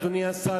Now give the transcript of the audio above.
אדוני השר,